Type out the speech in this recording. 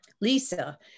Lisa